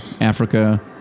Africa